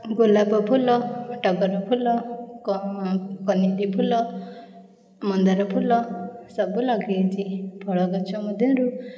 ଗୋଲାପଫୁଲ ଟଗରଫୁଲ କନିଆରିଫୁଲ ମନ୍ଦାରଫୁଲ ସବୁ ଲଗେଇଛି ଫଳଗଛ ମଧ୍ୟରୁ